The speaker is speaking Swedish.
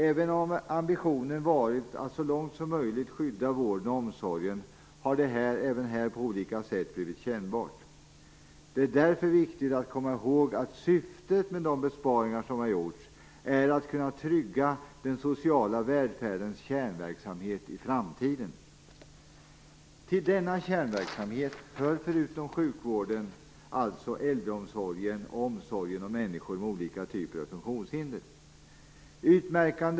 Även om ambitionen varit att så långt som möjligt skydda vården och omsorgen har det även här på olika sätt blivit kännbart. Det är därför viktigt att komma ihåg att syftet med de besparingar som gjorts är att kunna trygga den sociala välfärdens kärnverksamhet i framtiden. Till denna kärnverksamhet hör förutom sjukvården alltså äldreomsorgen och omsorgen om människor med olika typer av funktionshinder.